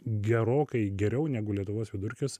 gerokai geriau negu lietuvos vidurkis